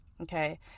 okay